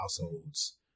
households